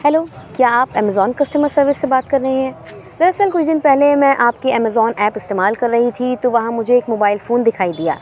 hello کیا آپ Amazon customer service سے بات کر رہے ہیں دراصل کچھ دن پہلے میں آپ کی امیزون ایپ استعمال کر رہی تھی تو وہاں مجھے ایک موبائل فون دکھائی دیا